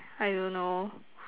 I don't know